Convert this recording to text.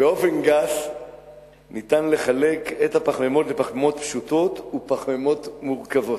באופן גס אפשר לחלק את הפחמימות לפחמימות פשוטות ופחמימות מורכבות,